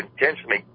intentionally